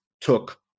took